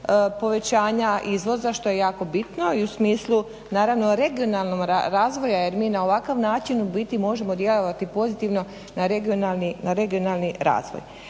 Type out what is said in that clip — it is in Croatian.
povećanja izvoza što je jako bitno i u smislu naravno regionalnog razvoja jer mi na ovakav način u biti možemo djelovati pozitivno na regionalni razvoj.